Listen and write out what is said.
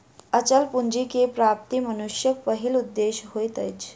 अचल पूंजी के प्राप्ति मनुष्यक पहिल उदेश्य होइत अछि